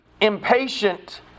impatient